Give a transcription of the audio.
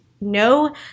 No